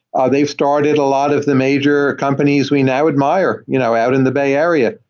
ah they've started a lot of the major companies we now admire you know out in the bay area.